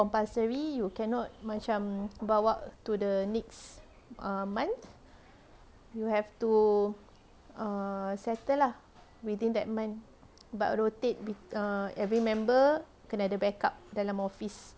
compulsory you cannot macam bawa to the next err month you have to err settle lah within that month but rotate be~ err every member kena ada backup dalam office